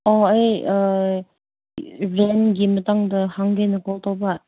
ꯑꯣ ꯑꯩ ꯔꯦꯟꯒꯤ ꯃꯇꯥꯡꯗ ꯍꯪꯒꯦꯅ ꯀꯣꯜ ꯇꯧꯕ